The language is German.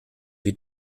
wie